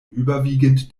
überwiegend